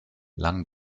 lang